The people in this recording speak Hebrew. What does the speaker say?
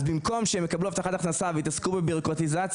אז במקום שהם יקבלו הבטחת הכנסה ויתעסקו בבירוקרטיזציה,